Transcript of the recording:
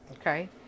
okay